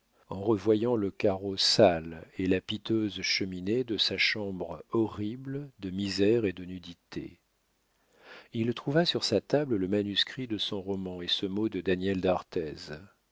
en revoyant le carreau sale et la piteuse cheminée de sa chambre horrible de misère et de nudité il trouva sur sa table le manuscrit de son roman et ce mot de daniel d'arthez